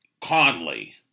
Conley